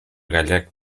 gallec